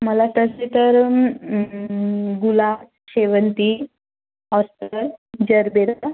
मला तसे तर गुलाब शेवंती ऑस्टर जरबेरा